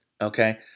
okay